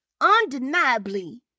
undeniably